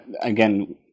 again